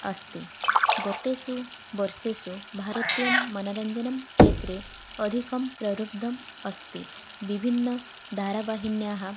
अस्ति गतेषु वर्षेषु भारतीयं मनोरञ्जनक्षेत्रे अधिकं प्रारब्धम् अस्ति विभिन्नधारावाहिन्यः